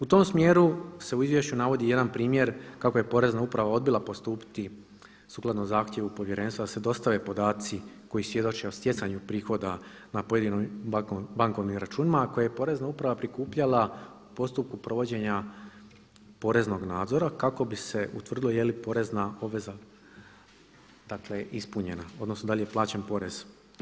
U tom smjeru se u izvješću navodi jedan primjer kako je Porezna uprava odbila postupiti sukladno zahtjevu Povjerenstva da se dostave podaci koji svjedoče o stjecanju prihoda na pojedinim bankovnim računima koje je Porezna uprava prikupljala u postupku provođenja poreznog nadzora kako bi se utvrdilo je li porezna obveza, dakle ispunjena, odnosno da li je plaćen porez.